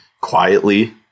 quietly